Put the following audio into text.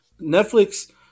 Netflix